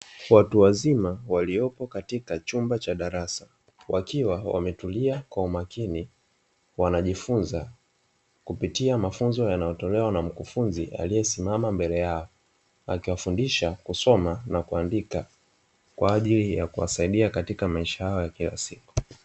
Watu wazima walipo katika chumba cha darasa wakiwa wametulia kwa umakini wanajifunza kupitia mafunzo yanayotolewa na mkufunzi aliyesimama mbele yao, akiwafundisha kusoma na kuandika kwa ajili ya kuwasidia katika maisha yao ya kila siku.